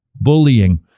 Bullying